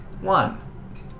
One